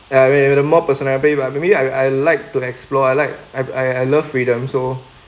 ah maybe the more personality lah maybe I I like to explore I like I I love freedom so